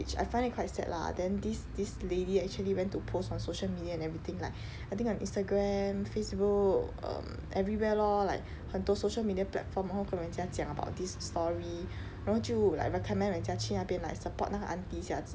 which I find it quite sad lah then this this lady actually went to post on social media and everything like I think on Instagram Facebook um everywhere lor like 很多 social media platform 然后跟人家讲 about this story 然后就 like recommend 人家去那边 like support 那个 aunty 一下子